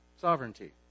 Sovereignty